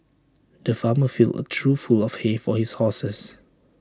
the farmer filled A trough full of hay for his horses